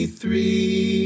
three